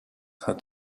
hat